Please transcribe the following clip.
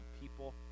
people